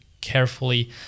carefully